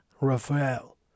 Raphael